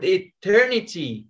eternity